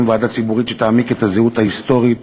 ועדה ציבורית שתעמיק את הזהות ההיסטורית